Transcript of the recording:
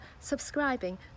subscribing